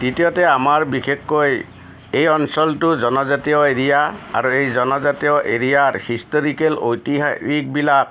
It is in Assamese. দ্বিতীয়তে আমাৰ বিশেষকৈ এই অঞ্চলটো জনজাতীয় এৰিয়া আৰু এই জনজাতীয় এৰিয়াৰ হিষ্টৰিকেল ঐতিহাসিক বিলাক